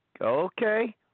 Okay